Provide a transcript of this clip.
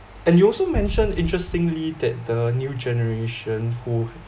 and you also mentioned interestingly that the new generation who